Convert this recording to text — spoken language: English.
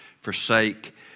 forsake